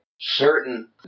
certain